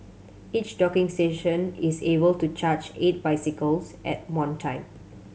each docking station is able to charge eight bicycles at one time